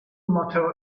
motto